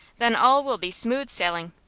then all will be smooth sailing.